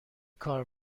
کار